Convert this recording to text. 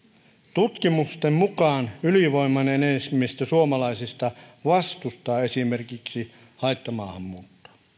tutkimusten mukaan ylivoimainen enemmistö suomalaisista vastustaa esimerkiksi haittamaahanmuuttoa